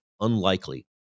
unlikely